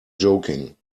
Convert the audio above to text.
joking